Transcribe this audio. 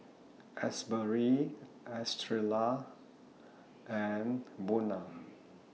Asbury Estrella and Buna